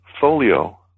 folio